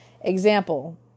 Example